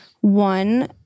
One